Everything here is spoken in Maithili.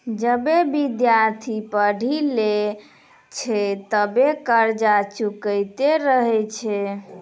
जबे विद्यार्थी पढ़ी लै छै तबे कर्जा चुकैतें रहै छै